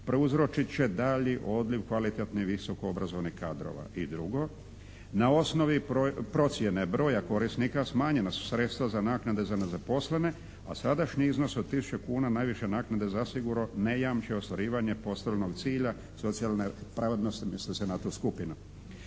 prouzročit će da li odliv kvalitetno i visoko obrazovanih kadrova. I drugo, na osnovi procjene broja korisnika smanjena su sredstva za naknade za nezaposlene, a sadašnji iznos od tisuću kuna najviše naknade zasigurno ne jamče ostvarivanje posrednog cilja socijalne pravednosti, misli se na tu skupinu.